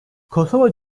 kosova